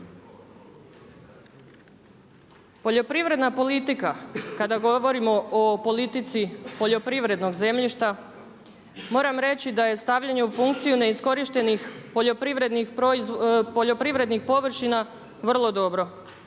Poljoprivredna politika kada govorimo o politici poljoprivrednog zemljišta moram reći da je stavljanje u funkciju neiskorištenih poljoprivrednih površina vrlo dobro.